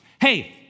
Hey